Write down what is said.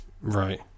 Right